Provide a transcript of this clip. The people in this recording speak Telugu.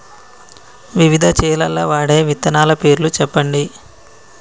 వివిధ చేలల్ల వాడే విత్తనాల పేర్లు చెప్పండి?